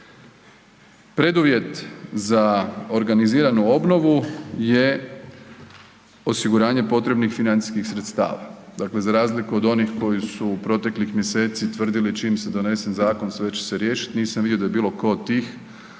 Preduvjet za organiziranu obnovu je osiguranje potrebnih financijskih sredstava. Dakle, za razliku od onih koji su u proteklih mjeseci tvrdili čim se donese zakon sve će se riješiti, nisam vidio da je bilo tko od